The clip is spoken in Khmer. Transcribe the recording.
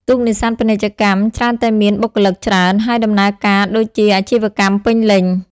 ទូកនេសាទពាណិជ្ជកម្មច្រើនតែមាន បុគ្គលិក ច្រើន ហើយដំណើរការដូចជាអាជីវកម្មពេញលេញ។